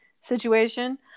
situation